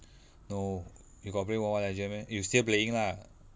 no you got play mobile legend meh you still playing lah